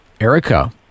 Erica